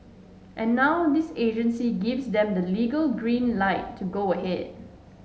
and now this agency gives them the legal green light to go ahead